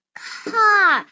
car